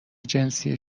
جنسی